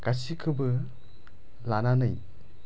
गासिखौबो लानानै